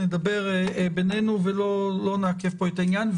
נדבר בינינו ולא נעכב פה את העניין.